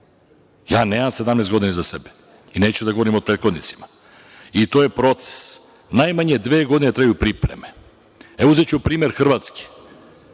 Ja nemam 17 godina iza sebe i neću da govorim o prethodnicima. To je proces, najmanje dve godine traju pripreme. Uzeću primer i Hrvatske.